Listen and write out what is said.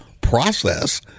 process